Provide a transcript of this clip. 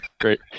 Great